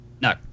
No